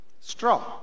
straw